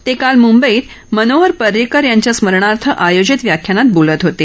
ते काल मुंबईत मनोहर परिंकर यांच्या स्मरणार्थ आयोजित व्याख्यानात बोलत होते